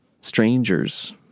strangers